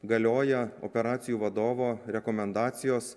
galioja operacijų vadovo rekomendacijos